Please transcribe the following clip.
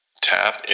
Tap